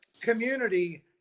community